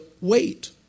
wait